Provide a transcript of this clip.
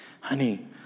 Honey